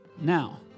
now